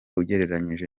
ugereranyije